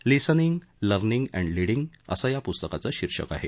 listening learning and leading असं या पुस्तकाचं शिर्षक आहे